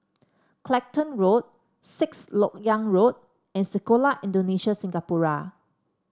Clacton Road Sixth LoK Yang Road and Sekolah Indonesia Singapura